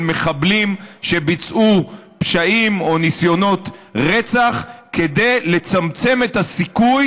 של מחבלים שביצעו פשעים או ניסיונות רצח כדי לצמצם את הסיכוי